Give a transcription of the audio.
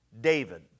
David